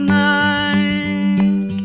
night